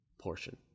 portion